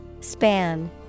Span